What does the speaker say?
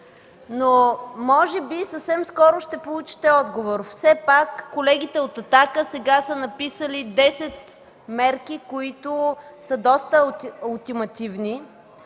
но може би съвсем скоро ще получите отговор. Все пак колегите от „Атака” сега са написали десет мерки, които са доста ултимативни